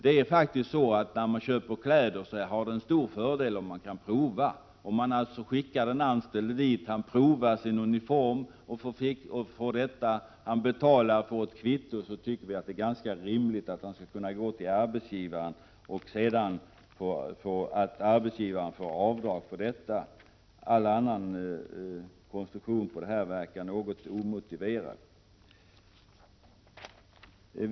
Det är faktiskt så att det är en stor fördel om man kan prova när man köper kläder. Om man alltså skickar den anställde att prova ut en uniform, denne betalar och får kvitto, tycker vi att det är rimligt att han kan gå till arbetsgivaren och få ersättning för det och att arbetsgivaren sedan får göra avdrag för detta. En annan konstruktion av ekiperingsbidrag verkar något omotiverad.